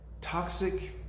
toxic